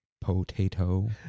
Potato